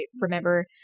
remember